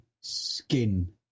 skin